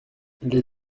les